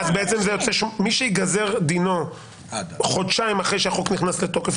מי שייגזר דינו חודשיים אחרי שהחוק נכנס לתוקף,